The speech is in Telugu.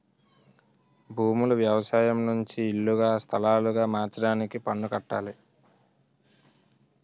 భూములు వ్యవసాయం నుంచి ఇల్లుగా స్థలాలుగా మార్చడానికి పన్ను కట్టాలి